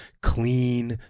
clean